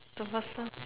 the person